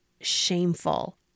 shameful